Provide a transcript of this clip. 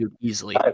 easily